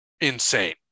insane